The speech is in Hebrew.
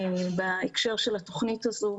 בהקשר של התוכנית הזאת,